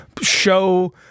show